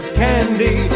candy